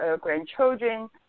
grandchildren